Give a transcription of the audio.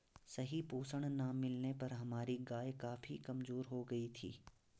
सही पोषण ना मिलने पर हमारी गाय काफी कमजोर हो गयी थी